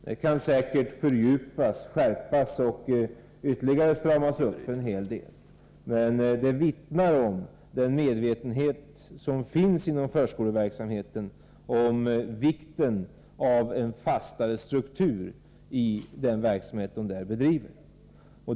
Det kan säkert fördjupas, skärpas och ytterligare stramas upp en hel del, men det vittnar om den medvetenhet som finns inom förskoleverksamheten om vikten av en fastare struktur inom den verksamhet som bedrivs.